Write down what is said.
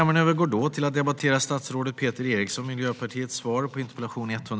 Herr talman!